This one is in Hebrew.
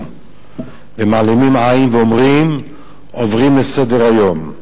ומעלימים עין ואומרים שעוברים לסדר-היום?